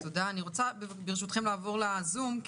בבקשה נעבור לזום.